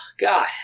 God